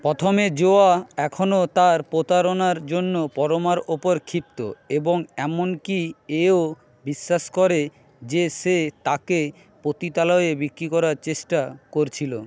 প্রথমে জোয়া এখনও তার প্রতারণার জন্য পরমার ওপর ক্ষিপ্ত এবং এমনকি এও বিশ্বাস করে যে সে তাকে পতিতালয়ে বিক্রি করার চেষ্টা করছিল